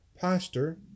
pastor